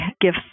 give